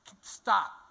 Stop